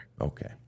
Okay